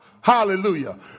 Hallelujah